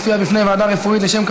בעזרת השם,